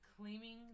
claiming